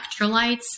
electrolytes